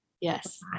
yes